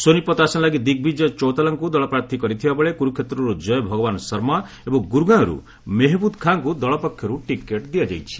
ସୋନିପତ୍ ଆସନ ଲାଗି ଦିଗ୍ବିଜୟ ଚୌତାଲାଙ୍କୁ ଦଳ ପ୍ରାର୍ଥୀ କରିଥିବାବେଳେ କୁରୁକ୍ଷେତ୍ରରୁ ଜୟ ଭଗବାନ୍ ଶର୍ମା ଏବଂ ଗୁରୁଗାଓଁରୁ ମେହେମୁଦ୍ ଖାଁଙ୍କୁ ଦଳ ପକ୍ଷରୁ ଟିକେଟ୍ ଦିଆଯାଇଛି